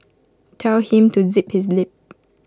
tell him to zip his lip